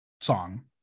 song